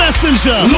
Messenger